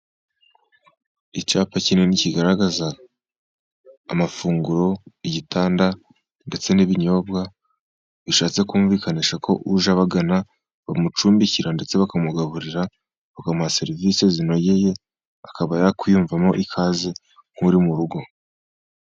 Icyapa kinini kigaragaza amafunguro, igitanda ndetse n'ibinyobwa, bishatse kumvikanisha ko uje abagana bamucumbikira, ndetse bakamugaburira bakamuha serivisi zinogeye akaba yakwiyumvamo ikaze nk'uri mu rugo.